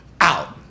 Out